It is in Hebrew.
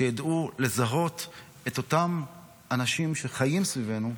שידעו לזהות את אותם אנשים שחיים סביבנו,